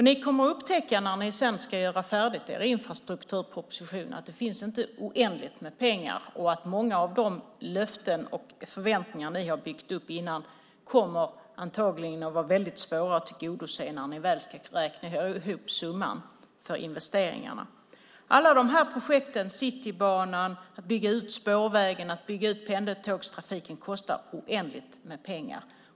Ni kommer att upptäcka när ni sedan ska göra färdigt era infrastrukturpropositioner att det inte finns oändligt med pengar och att många av de löften ni har avgett och förväntningar ni har byggt upp antagligen kommer att vara väldigt svåra att uppfylla och tillgodose när ni väl ska räkna ihop summan för investeringarna. Alla de här projekten, Citybanan, utbyggnaden av spårvägarna och utbyggnaden av pendeltågstrafiken, kostar oändligt med pengar.